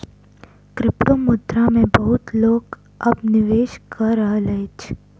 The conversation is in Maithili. क्रिप्टोमुद्रा मे बहुत लोक अब निवेश कय रहल अछि